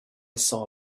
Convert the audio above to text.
saw